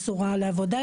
מסורה לעבודה,